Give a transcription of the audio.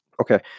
Okay